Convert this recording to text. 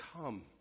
come